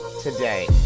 today